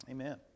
Amen